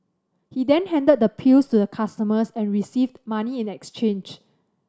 he then handed the pills to the customers and received money in exchange